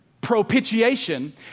propitiation